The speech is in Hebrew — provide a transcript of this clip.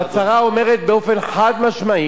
ההצהרה אומרת באופן חד-משמעי,